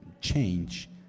change